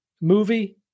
movie